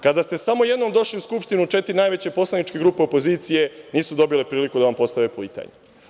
Kada ste samo jednom došli u Skupštinu, četiri najveće poslaničke grupe opozicije nisu dobile priliku da vam postave pitanje.